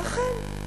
ואכן,